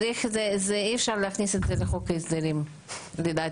אי אפשר להכניס את זה לחוק ההסדרים לדעתי.